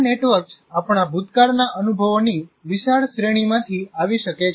આ નેટવર્ક્સ આપણા ભૂતકાળના અનુભવોની વિશાળ શ્રેણીમાંથી આવી શકે છે